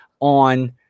on